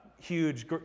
huge